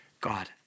God